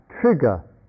trigger